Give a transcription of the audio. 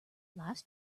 lifes